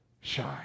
Shine